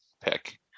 pick